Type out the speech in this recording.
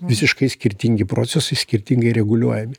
visiškai skirtingi procesai skirtingai reguliuojami